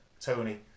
Tony